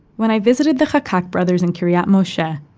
when i visited the chakak brothers in kiriyat moshe,